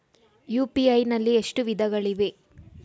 UPI ನಲ್ಲಿ ಎಷ್ಟು ವಿಧಗಳಿವೆ?